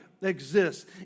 exists